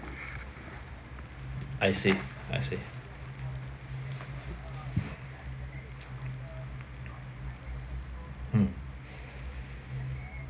I see I see mm